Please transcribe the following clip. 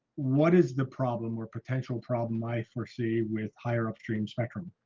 what is the problem or potential problem i foresee with higher upstream spectrum,